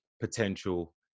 potential